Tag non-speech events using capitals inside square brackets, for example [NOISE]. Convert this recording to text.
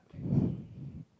[BREATH]